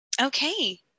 Okay